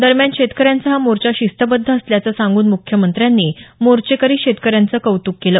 दरम्यान शेतकऱ्यांचा हा मोर्चा शिस्तबद्ध असल्याचं सांगून मुख्यमंत्र्यांनी मोर्चेकरी शेतकऱ्यांचं कौतुक केलं